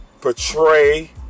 portray